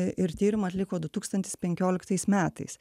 ir tyrimą atliko du tūkstantis penkioliktais metais